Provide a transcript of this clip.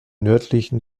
nördlichen